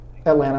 Atlanta